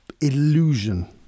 illusion